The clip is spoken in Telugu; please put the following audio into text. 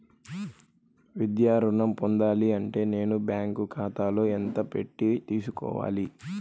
విద్యా ఋణం పొందాలి అంటే నేను బ్యాంకు ఖాతాలో ఎంత పెట్టి తీసుకోవాలి?